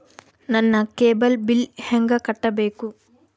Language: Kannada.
ನನ್ನ ಕೇಬಲ್ ಬಿಲ್ ಹೆಂಗ ಕಟ್ಟಬೇಕು?